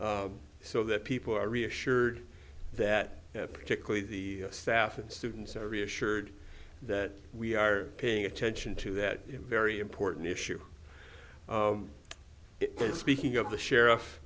so that people are reassured that particularly the staff and students are reassured that we are paying attention to that very important issue it was speaking of the sheriff